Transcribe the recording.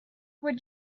would